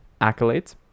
Accolades